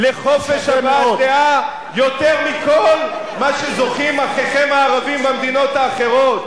לחופש הבעת דעה יותר מכל מה שזוכים אחיכם הערבים במדינות האחרות.